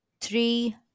three